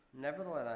Nevertheless